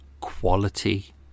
Quality